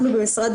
סיכונים.